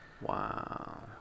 wow